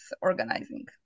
organizing